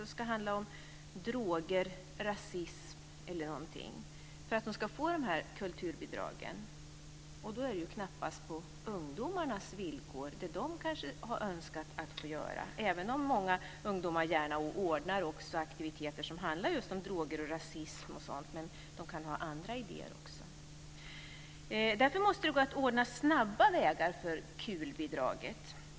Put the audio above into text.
Det ska handla om t.ex. droger eller rasism för att de ska få dessa kulturbidrag. Då är det knappast på ungdomarnas villkor och gäller kanske inte det de har önskat att få göra. Många ungdomar ordnar gärna aktiviteter som handlar just om droger och rasism, men de kan ha andra idéer också. Därför måste det gå att ordna snabba vägar för KUL-bidraget.